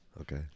Okay